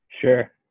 Sure